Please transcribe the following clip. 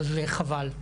אז חבל.